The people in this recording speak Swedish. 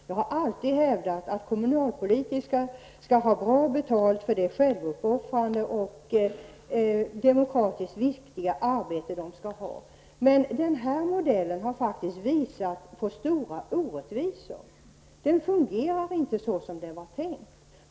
Jag har alltid hävdat att kommunalpolitiker skall ha bra betalt för det självuppoffrande och demokratiskt viktiga arbete de utför. Men denna modell har lett till stora orättvisor. Den fungerar inte såsom det var tänkt.